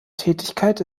tätigkeit